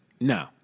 No